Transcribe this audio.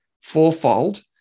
fourfold